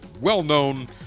well-known